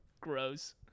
Gross